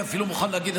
אני אפילו מוכן להגיד,